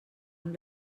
amb